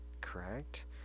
correct